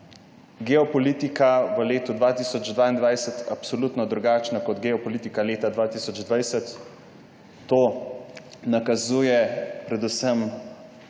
geopolitika v letu 2022 je absolutno drugačna kot geopolitika leta 2020. To nakazuje predvsem